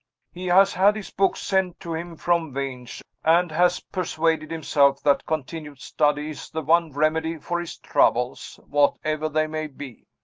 he has had his books sent to him from vange, and has persuaded himself that continued study is the one remedy for his troubles, whatever they may be.